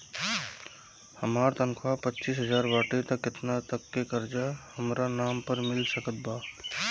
हमार तनख़ाह पच्चिस हज़ार बाटे त केतना तक के कर्जा हमरा नाम पर मिल सकत बा?